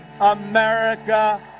America